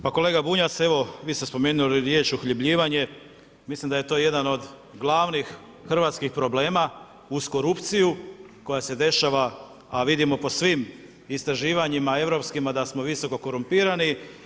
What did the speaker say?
Pa kolega Bunjac, evo vi ste spomenuli riječ uhljebljivanje, mislim da je to jedan od glavnih hrvatskih problema uz korupciju koja se dešava a vidimo po svim istraživanjima europskima da smo visoko korumpirani.